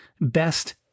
best